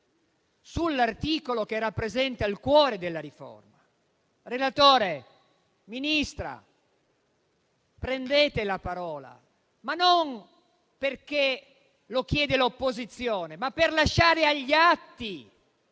sull'articolo che rappresenta il cuore della riforma. Relatore, signora Ministra, prendete la parola, non perché lo chiede l'opposizione, ma per lasciare agli atti